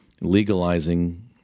Legalizing